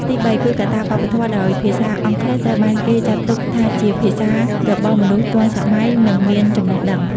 ទីបីគឺកត្តាវប្បធម៌ ដោយភាសាអង់គ្លេសត្រូវបានគេចាត់ទុកថាជាភាសារបស់មនុស្សទាន់សម័យនិងមានចំណេះដឹង។